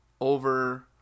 over